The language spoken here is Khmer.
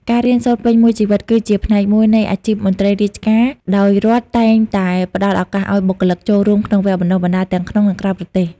ការរៀនសូត្រពេញមួយជីវិតគឺជាផ្នែកមួយនៃអាជីពមន្ត្រីរាជការ ដោយរដ្ឋតែងតែផ្តល់ឱកាសឱ្យបុគ្គលិកចូលរួមក្នុងវគ្គបណ្តុះបណ្តាលទាំងក្នុង និងក្រៅប្រទេស។